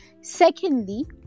Secondly